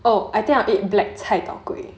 oh I think I'll eat black cai tao kway